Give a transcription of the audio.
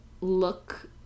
look